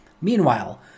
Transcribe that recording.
Meanwhile